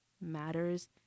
matters